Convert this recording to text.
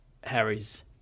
Harry's